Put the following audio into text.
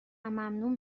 ممنون